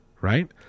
right